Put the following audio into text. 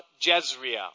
Jezreel